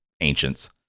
ancients